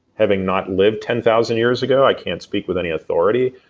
having not lived ten thousand years ago, i can't speak with any authority,